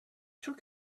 took